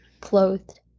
clothed